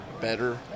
better